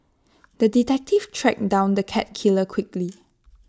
the detective tracked down the cat killer quickly